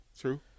True